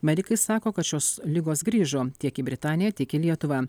medikai sako kad šios ligos grįžo tiek į britaniją tiek į lietuvą